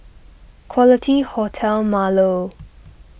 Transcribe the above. Quality Hotel Marlow